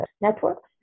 networks